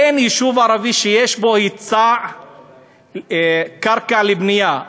אין יישוב ערבי שיש בו היצע קרקע לבנייה.